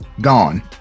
gone